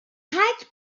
hat